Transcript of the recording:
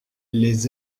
les